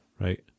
right